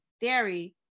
dairy